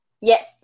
Yes